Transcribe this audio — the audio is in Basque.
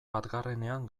batgarrenean